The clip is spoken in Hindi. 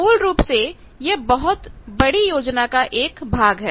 मूल रूप से यह बहुत बड़ी योजना काएक भाग है